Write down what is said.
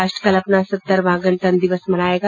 राष्ट्र कल अपना सत्तरवां गणतंत्र दिवस मनायेगा